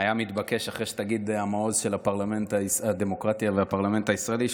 היה מתבקש שאחרי שתגיד: המעוז של הדמוקרטיה והפרלמנט הישראלי,